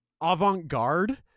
avant-garde